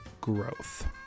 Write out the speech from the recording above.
growth